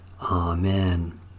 Amen